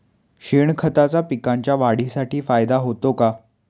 शेणखताचा पिकांच्या वाढीसाठी फायदा होतो का?